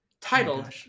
titled